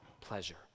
pleasure